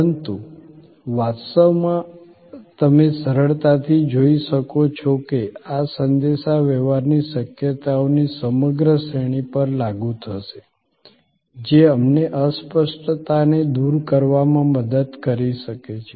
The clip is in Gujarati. પરંતુ વાસ્તવમાં તમે સરળતાથી જોઈ શકો છો કે આ સંદેશાવ્યવહારની શક્યતાઓની સમગ્ર શ્રેણી પર લાગુ થશે જે અમને અસ્પષ્ટતાને દૂર કરવામાં મદદ કરી શકે છે